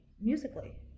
Musically